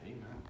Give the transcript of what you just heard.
Amen